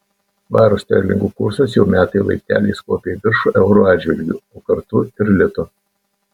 svaro sterlingų kursas jau metai laipteliais kopia į viršų euro atžvilgiu o kartu ir lito